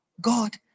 God